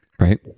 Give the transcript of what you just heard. Right